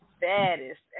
baddest